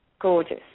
Gorgeous